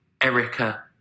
Erica